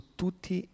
tutti